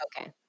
Okay